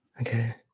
Okay